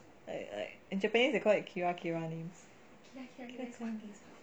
like like in japanese they called it kira kira names